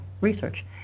research